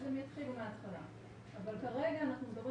הם יתחילו מהתחלה אבל כרגע אנחנו מדברים